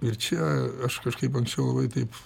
ir čia aš kažkaip anksčiau labai taip